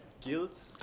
guilt